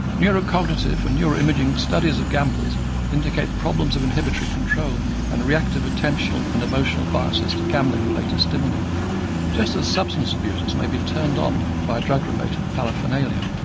neuro-cognitive and neuro-imaging studies of gamblers indicate problems of inhibitory control and reactive attentional and emotional biases to gambling related stimuli just as substance abusers may be turned on by drug related paraphernalia.